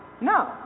No